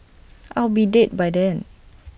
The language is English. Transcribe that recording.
I'll be dead by then